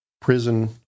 prison